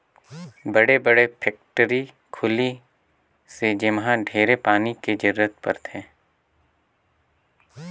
बड़े बड़े फेकटरी खुली से जेम्हा ढेरे पानी के जरूरत परथे